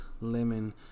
lemon